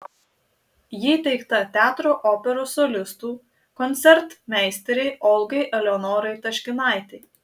ji įteikta teatro operos solistų koncertmeisterei olgai eleonorai taškinaitei